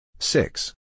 Six